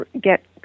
get